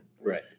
right